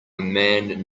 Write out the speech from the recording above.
man